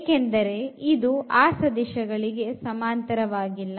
ಏಕೆಂದರೆ ಇದು ಆ ಸದಿಶಗಳಿಗೆ ಸಮಾಂತರವಾಗಿಲ್ಲ